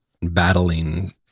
battling